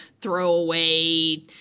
throwaway